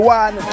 one